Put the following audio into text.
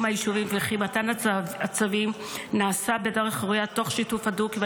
היישובים וכי מתן הצווים נעשה בדרך ראויה תוך שיתוף הדוק עם